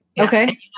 Okay